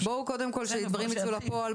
בואו קודם כל שהדברים ייצאו לפועל,